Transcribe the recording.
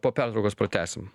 po pertraukos pratęsim